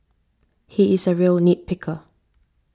he is a real nit picker